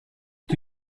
doe